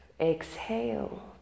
exhale